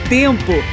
tempo